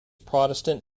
protestant